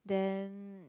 then